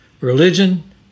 Religion